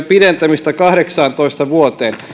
pidentämistä kahdeksaantoista vuoteen